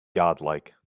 godlike